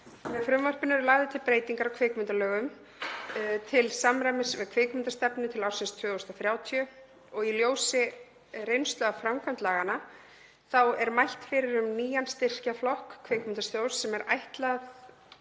Með frumvarpinu eru lagðar til breytingar á kvikmyndalögum til samræmis við kvikmyndastefnu til ársins 2030 og í ljósi reynslu af framkvæmd laganna er mælt fyrir um nýjan styrkjaflokk Kvikmyndasjóðs sem ætlað